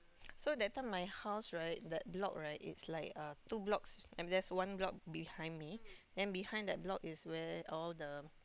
so that time my house right that block right it's like uh two blocks and there's one block behind me then behind that block is where all the